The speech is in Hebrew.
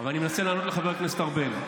אני מנסה לענות לחבר הכנסת ארבל.